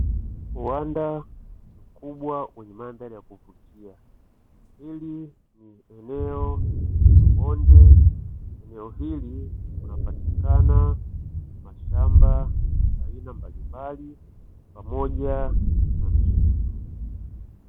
Uwanda mkubwa wenye mandhari ya kuvutia. Hili ni eneo lenye mabonde, eneo hili linapatikana mashamba ya aina mbalimbali pamoja na misitu.